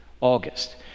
August